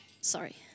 Sorry